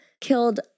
killed